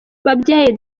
babyeyi